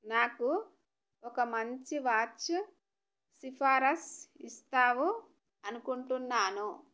నాకు ఒక మంచి వాచ్ సిఫార్సు ఇస్తావు అనుకుంటున్నాను